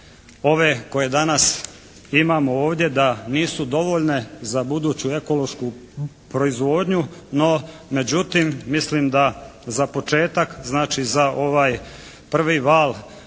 ove koje danas imamo ovdje da nisu dovoljne za buduću ekološku proizvodnju. No međutim, mislim da za početak, znači za ovaj prvi val